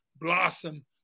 blossom